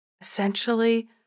Essentially